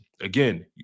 Again